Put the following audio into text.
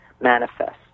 manifest